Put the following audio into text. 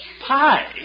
Pie